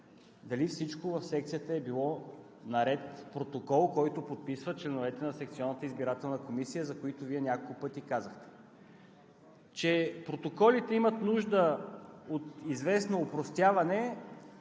дали всичко в секцията е било наред – протокол, който подписват членовете на секционната избирателна комисия, за които Вие няколко пъти казахте. Че протоколите имат нужда от известно опростяване,